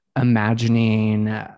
imagining